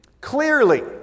clearly